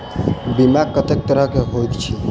बीमा कत्तेक तरह कऽ होइत छी?